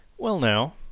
well now,